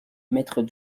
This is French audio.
maître